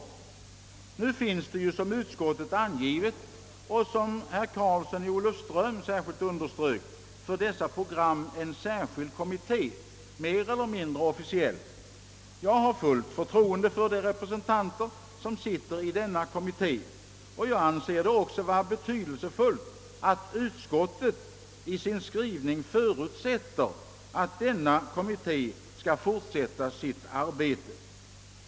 För närvarande finns ju — som utskottet angivit och som herr Karlsson i Olofström särskilt underströk — för dessa program en särskild kommitté, mer eller mindre offi ciell. Jag har fullt förtroende för representanterna i denna kommitté och anser det också betydelsefullt att utskottet i sin skrivning förutsätter att denna kommitté skall fortsätta sitt arbete.